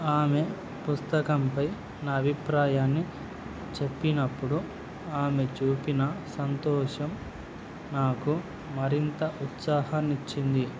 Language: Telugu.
ఆమె పుస్తకంపై నా అభిప్రాయాన్ని చెప్పినప్పుడు ఆమె చూపిన సంతోషం నాకు మరింత ఉత్సాహాన్ని ఇచ్చింది